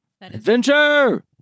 Adventure